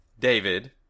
David